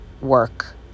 work